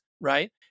right